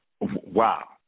Wow